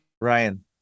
Ryan